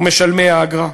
משלמי האגרה.